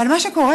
אבל מה שקורה,